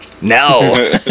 no